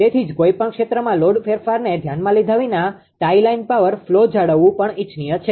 તેથી જ કોઈ પણ ક્ષેત્રમાં લોડ ફેરફારને ધ્યાનમાં લીધા વિના ટાઈ લાઇન પાવર ફ્લો જાળવવુ પણ ઇચ્છનીય છે